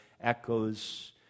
echoes